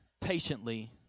patiently